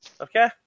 okay